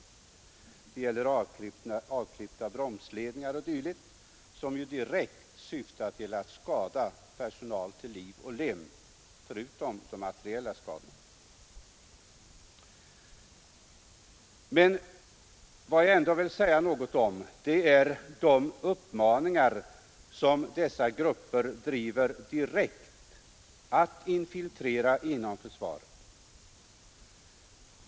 Det gäller avklippta bromsledningar o. d., sabotage som ju direkt syftar till att skada personal till liv och lem förutom de materiella skadorna. Vad jag ändå vill säga något om är de uppmaningar som dessa grupper driver för att direkt infiltrera inom försvaret.